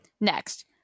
next